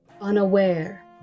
unaware